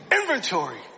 inventory